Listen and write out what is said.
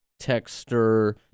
texter